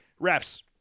refs